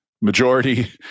majority